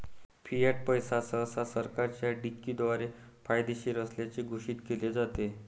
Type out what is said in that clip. Fiat पैसे सहसा सरकारच्या डिक्रीद्वारे कायदेशीर असल्याचे घोषित केले जाते